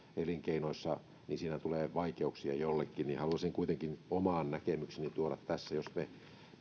elinkeinoissa siinä tulee vaikeuksia jollekin niin haluaisin kuitenkin oman näkemykseni tuoda tässä jos me